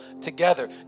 together